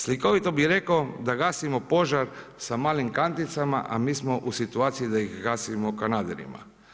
Slikovito bi rekao da gasimo požar sa malim kanticama a mi smo u situaciji da ih gasimo kanaderima.